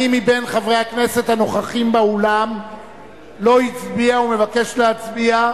מי מחברי הכנסת הנוכחים באולם לא הצביע ומבקש להצביע?